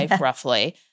roughly